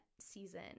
season